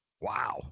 Wow